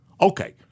Okay